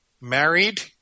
married